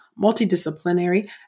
multidisciplinary